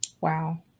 Wow